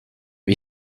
you